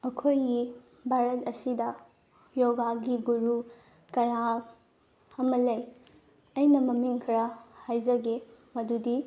ꯑꯩꯈꯣꯏꯒꯤ ꯚꯥꯔꯠ ꯑꯁꯤꯗ ꯌꯣꯒꯒꯤ ꯒꯨꯔꯨ ꯀꯌꯥ ꯑꯃ ꯂꯩ ꯑꯩꯅ ꯃꯃꯤꯡ ꯈꯔ ꯍꯥꯏꯖꯒꯦ ꯃꯗꯨꯗꯤ